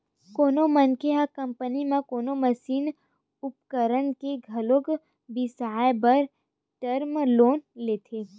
कोनो मनखे ह कंपनी के कोनो मसीनी उपकरन ल घलो बिसाए बर टर्म लोन लेथे